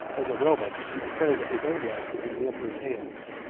as a roman, he declared, that his own life was in the emperor's hands,